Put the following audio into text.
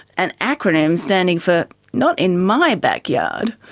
an acronym standing for not in my backyard.